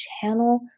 channel